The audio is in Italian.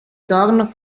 torno